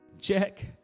check